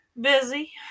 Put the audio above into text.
Busy